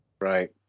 Right